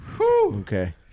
Okay